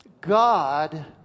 God